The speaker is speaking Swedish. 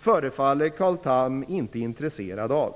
förefaller Carl Tham inte intresserad av.